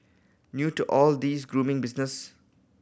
new to all this grooming business